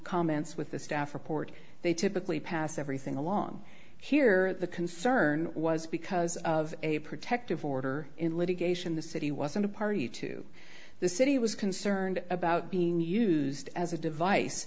comments with the staff report they typically pass everything along here the concern was because of a protective order in litigation the city wasn't a party to the city it was concerned about being used as a device